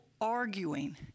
arguing